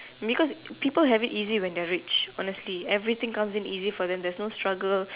because people have it easy when they're rich honestly everything comes in easy for them there's no struggle